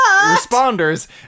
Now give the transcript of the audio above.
responders